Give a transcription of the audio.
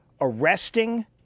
arresting